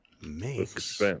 makes